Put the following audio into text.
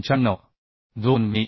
2 मि